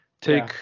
take